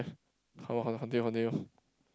eh how how continue continue